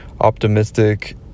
optimistic